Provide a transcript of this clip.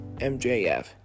MJF